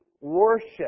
worship